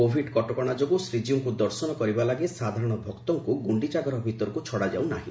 Covid କଟକଣା ଯୋଗୁ ଶ୍ରୀଜୀଉଙ୍ଙୁ ଦର୍ଶନ କରିବା ଲାଗି ସାଧାରଶ ଭକ୍ତଙ୍କୁ ଗୁଖିଚା ଘର ଭିତରକୁ ଛାଡି ଦିଆଯାଉନାହି